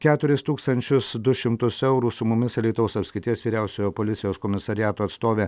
keturis tūkstančius du šimtus eurų su mumis alytaus apskrities vyriausiojo policijos komisariato atstovė